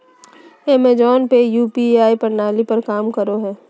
Amazon pay UPI प्रणाली पर काम करो हय